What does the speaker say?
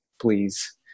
please